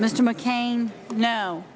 mr mccain no